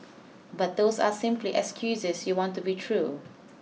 but those are simply excuses you want to be true